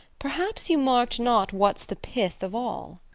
perhaps you mark'd not what's the pith of all.